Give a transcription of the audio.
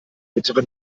bittere